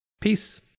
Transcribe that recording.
Peace